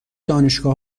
دانشگاه